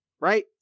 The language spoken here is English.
right